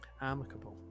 amicable